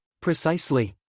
Precisely